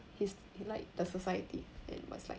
like the society and must like